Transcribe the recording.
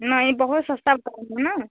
नही बहुत सस्ता बता रही हैं ना